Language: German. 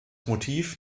motiv